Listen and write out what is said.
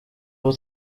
ubu